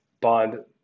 Bond